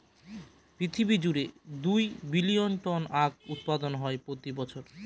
পৃথিবী জুড়ে দুই বিলীন টন আখ উৎপাদন হয় প্রতি বছর